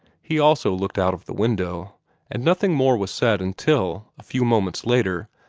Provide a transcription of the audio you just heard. he also looked out of the window and nothing more was said until, a few moments later,